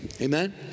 Amen